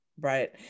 Right